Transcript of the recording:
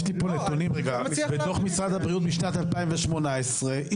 יש לי פה נתונים רגע מדוח משרד הבריאות משנת 2018. לא,